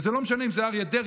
וזה לא משנה אם זה אריה דרעי,